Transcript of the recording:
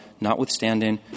notwithstanding